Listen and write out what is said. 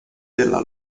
della